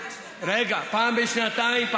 פעם בשנתיים.